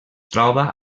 troba